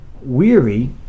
Weary